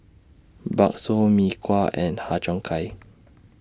Bakso Mee Kuah and Har Cheong Gai